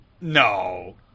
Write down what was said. no